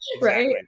Right